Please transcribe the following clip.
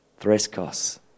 Threskos